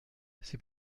c’est